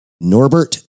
Norbert